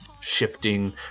shifting